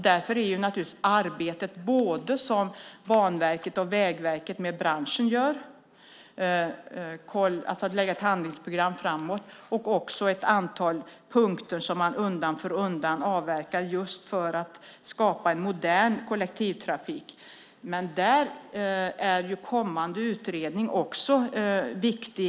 Därför är det naturligtvis viktigt med det arbete som Banverket och Vägverket utför med branschen, alltså att lägga ett handlingsprogram framåt. Det är också viktigt med ett antal punkter som man undan för undan avverkar just för att skapa en modern kollektivtrafik. Men där är ju kommande utredning också viktig.